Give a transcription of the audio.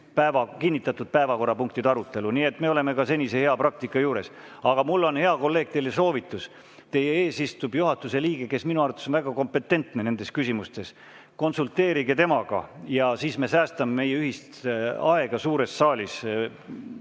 kinnitatud päevakorrapunktide arutelu. Nii et me oleme senise hea praktika juures. Aga mul on, hea kolleeg, teile soovitus. Teie ees istub juhatuse liige, kes minu arvates on väga kompetentne nendes küsimustes. Konsulteerige temaga, siis me säästame meie ühist aega suures saalis.